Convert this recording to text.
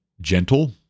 gentle